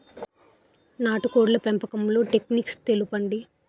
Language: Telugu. నాటుకోడ్ల పెంపకంలో టెక్నిక్స్ తెలుపండి?